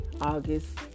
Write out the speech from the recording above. August